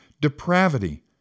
depravity